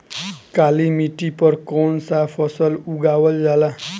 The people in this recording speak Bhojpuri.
काली मिट्टी पर कौन सा फ़सल उगावल जाला?